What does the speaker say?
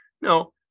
No